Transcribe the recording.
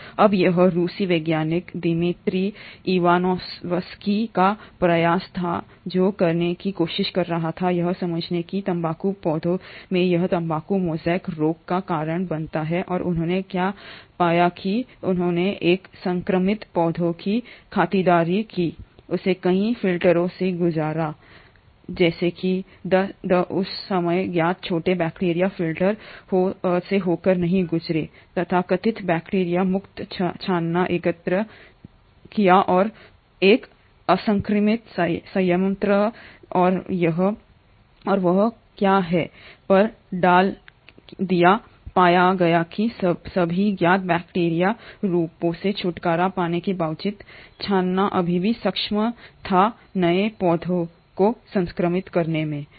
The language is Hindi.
अब यह रूसी वैज्ञानिक दिमित्री इवानोव्स्की का प्रयास था जो करने की कोशिश कर रहा था यह समझें कि तम्बाकू पौधों में यह तंबाकू मोज़ेक रोग का कारण बनता है और उन्होंने क्या किया था उन्होंने एक संक्रमित पौधे की खातिरदारी की उसे कई फिल्टरों से गुजारा जैसे कि द उस समय ज्ञात छोटे बैक्टीरिया फिल्टर से होकर नहीं गुजरेंगेतथाकथित बैक्टीरिया मुक्त छानना एकत्र किया और एक असंक्रमित संयंत्र और वह क्या है पर डाल दिया पाया गया कि सभी ज्ञात बैक्टीरिया रूपों से छुटकारा पाने के बावजूद छानना अभी भी सक्षम था नए पौधे को संक्रमित करें